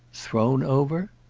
thrown over?